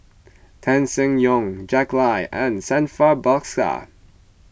Tan Seng Yong Jack Lai and Santha Bhaskar